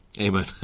Amen